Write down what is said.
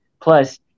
Plus